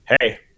hey